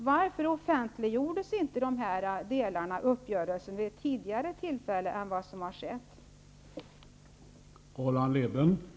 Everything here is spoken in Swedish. Varför offentliggjordes inte de olika delarna i uppgörelsen tidigare än vad som skedde?